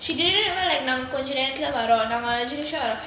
she didn't even like நம்ம கொஞ்ச நேரத்துல வரோம்:namma konja nerathula varom